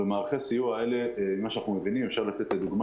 ממערכי הסיוע האלה ממה שאנחנו מבינים אפשר לתת לדוגמה